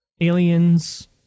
aliens